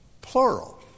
Plural